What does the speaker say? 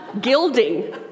gilding